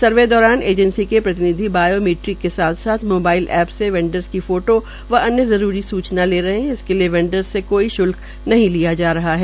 सर्वे दौरान एजेंसी की प्रतिनिधि बायोमैट्रिक के साथ साथ मोबाइल एप में बैंडर्स की फोटों व अन्य जरूरी सूचना ले रहे है इसके लिए बैंडर्स की फोटों से कोई श्ल्क नही लिया जा रहा है